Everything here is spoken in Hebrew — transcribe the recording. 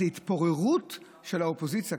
זה התפוררות של האופוזיציה,